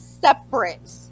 separate